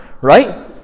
right